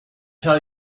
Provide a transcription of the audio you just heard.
tell